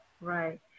right